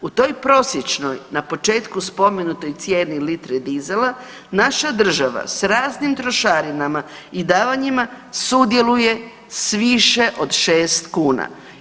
U toj prosječnoj, na početku spomenutoj cijeni litre dizela, naša država s raznim trošarinama i davanjima sudjeluje s više od 6 kuna.